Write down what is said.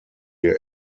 ihr